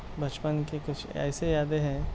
بچپن کی کچھ ایسی یادیں ہیں